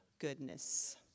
goodness